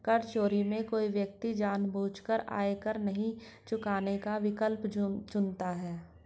कर चोरी में कोई व्यक्ति जानबूझकर आयकर नहीं चुकाने का विकल्प चुनता है